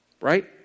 Right